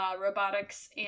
robotics